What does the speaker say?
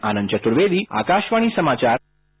आनंद चतुर्वेदी आकाशवाणी समाचार दिल्ली